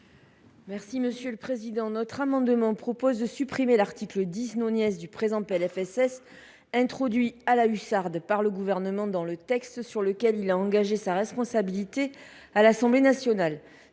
Mme Monique Lubin. Cet amendement vise à supprimer l’article 10 du présent PLFSS introduit, à la hussarde, par le Gouvernement dans le texte sur lequel il a engagé sa responsabilité à l’Assemblée nationale.